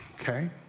okay